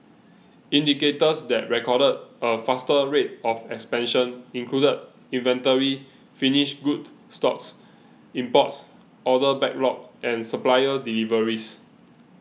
indicators that recorded a faster rate of expansion included inventory finished goods stocks imports order backlog and supplier deliveries